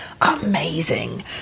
amazing